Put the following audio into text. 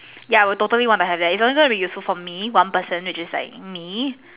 ya I would totally want to have it if it's going to be useful for one person which is like me